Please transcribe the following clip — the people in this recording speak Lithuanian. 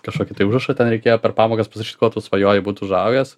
kažkokį tai užrašą ten reikėjo per pamokas kuo tu svajoji būt užaugęs